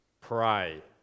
pray